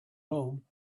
home